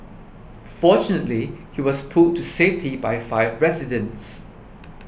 fortunately he was pulled to safety by five residents